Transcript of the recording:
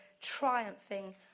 triumphing